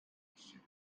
institute